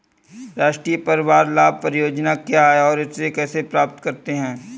राष्ट्रीय परिवार लाभ परियोजना क्या है और इसे कैसे प्राप्त करते हैं?